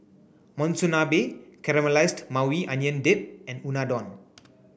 Monsunabe Caramelized Maui Onion Dip and Unadon